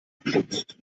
geschützt